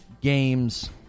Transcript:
games